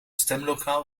stemlokaal